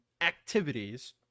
activities